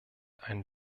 einen